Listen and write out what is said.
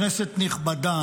כנסת נכבדה,